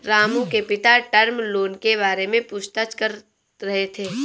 रामू के पिता term loan के बारे में पूछताछ कर रहे थे